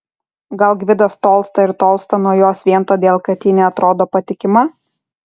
gal gvidas tolsta ir tolsta nuo jos vien todėl kad ji neatrodo patikima